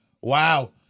wow